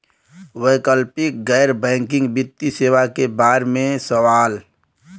वैकल्पिक गैर बैकिंग वित्तीय सेवा के बार में सवाल?